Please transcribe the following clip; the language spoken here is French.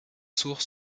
sourds